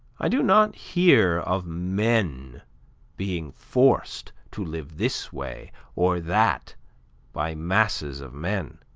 i do not hear of men being forced to live this way or that by masses of men.